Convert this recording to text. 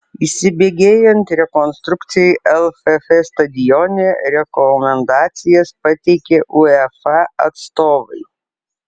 įsibėgėjant rekonstrukcijai lff stadione rekomendacijas pateikė uefa atstovai